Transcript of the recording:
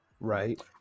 Right